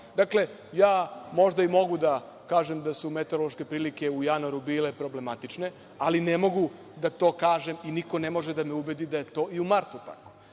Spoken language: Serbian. Dakle, možda i mogu da kažem da su meteorološke prilike u januaru bile problematične, ali ne mogu da to kažem i niko ne može da me ubedi da je to i u martu